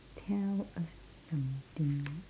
tell us something